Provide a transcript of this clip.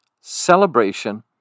celebration